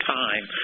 time